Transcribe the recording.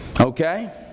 Okay